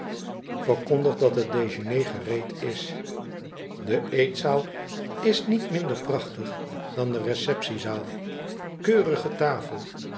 verkondigt dat het dejeuner gereed is de eetzaal is niet minder prachtig dan de receptiezaal keurige tafeu